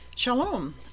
Shalom